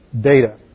data